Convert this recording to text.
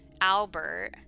Albert